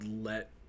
let